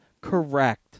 correct